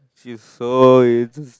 she's so